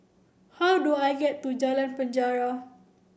how do I get to Jalan Penjara